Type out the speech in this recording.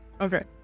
Okay